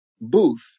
Booth